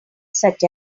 such